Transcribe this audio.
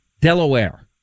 Delaware